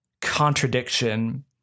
contradiction